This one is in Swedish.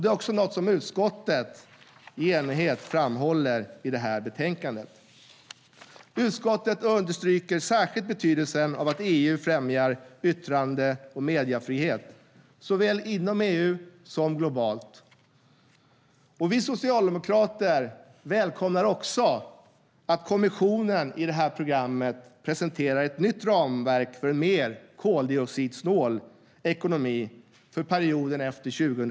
Det är också något som utskottet i enighet framhåller i utlåtandet. Utskottet understryker särskilt betydelsen av att EU främjar yttrande och mediefrihet såväl inom EU som globalt. Vi socialdemokrater välkomnar att kommissionen i det här programmet presenterar ett nytt ramverk för en mer koldioxidsnål ekonomi för perioden efter 2020.